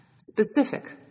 Specific